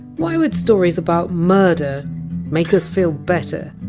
why would stories about murder make us feel better?